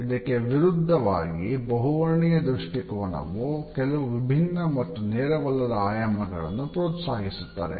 ಇದಕ್ಕೆ ವಿರುದ್ಧವಾಗಿ ಬಹುವರ್ಣೀಯ ದೃಷ್ಟಿಕೋನವು ಕೆಲವು ವಿಭಿನ್ನ ಮತ್ತು ನೇರವಲ್ಲದ ಆಯಾಮಗಳನ್ನು ಪ್ರೋತ್ಸಾಹಿಸುತ್ತದೆ